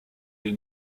les